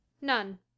None